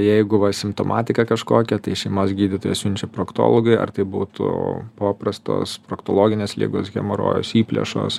jeigu va simptomatika kažkokia tai šeimos gydytojas siunčia proktologo ar tai būtų paprastos proktologinės ligos hemorojus įplėšos